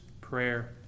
prayer